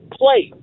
play